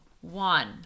One